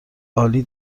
عالی